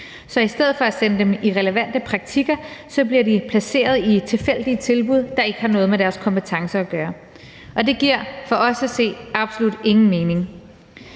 Så i stedet for at sende dem i relevante praktikker bliver de placeret i tilfældige tilbud, der ikke har noget med deres kompetencer at gøre. Det giver for os at se absolut ingen mening.